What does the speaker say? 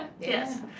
Yes